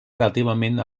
relativament